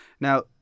Now